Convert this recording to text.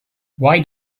why